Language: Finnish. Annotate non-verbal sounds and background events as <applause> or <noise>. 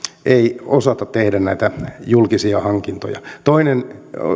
ei osata tehdä näitä <unintelligible> julkisia hankintoja toinen